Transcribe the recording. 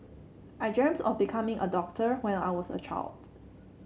I dreamt of becoming a doctor when I was a child